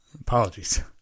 Apologies